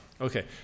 Okay